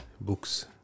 books